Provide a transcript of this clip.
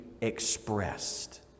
expressed